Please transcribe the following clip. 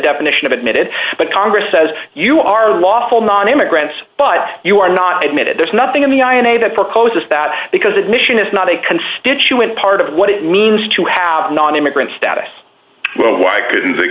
definition of admitted but congress says you are lawful non immigrants but you are not admitted there is nothing in the eye and say that proposes that because admission is not a constituent part of what it means to have nonimmigrant status well why couldn't they